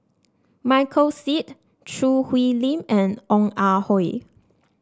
Michael Seet Choo Hwee Lim and Ong Ah Hoi